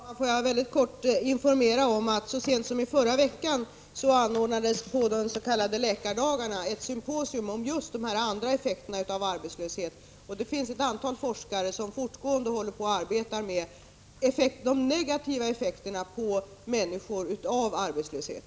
Fru talman! Låt mig helt kort informera om att så sent som i förra veckan anordnades under de s.k. läkardagarna ett symposium om just de andra effekterna av arbetslöshet. Det finns ett antal forskare som fortgående arbetar med att utreda de negativa effekterna på människor av arbetslöshet.